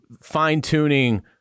fine-tuning